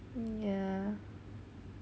ya